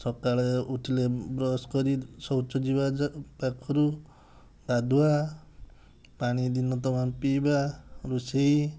ସକାଳେ ଉଠିଲେ ବ୍ରସ କରି ଶୌଚ ଯିବା ପାଖରୁ ଗାଧୁଆ ପାଣି ଦିନ ତମାମ ପିଇବା ରୋଷେଇ